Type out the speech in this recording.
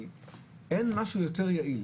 אין משהו יותר יעיל,